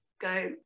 go